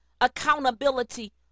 accountability